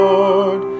Lord